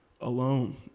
alone